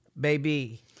Baby